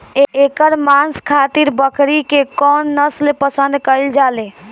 एकर मांस खातिर बकरी के कौन नस्ल पसंद कईल जाले?